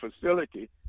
facility